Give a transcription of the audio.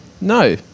no